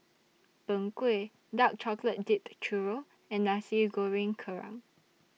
Png Kueh Dark Chocolate Dipped Churro and Nasi Goreng Kerang